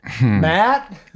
Matt